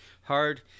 hard